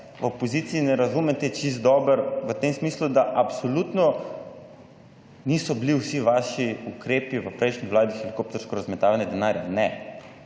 v opoziciji ne razumete čisto dobro v tem smislu, da absolutno niso bili vsi vaši ukrepi v prejšnji Vladi helikoptersko razmetavanje denarja, ne.